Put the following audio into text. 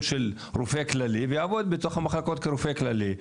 של רופא כללי ויעבוד בתוך המחלקות כרופא כללי,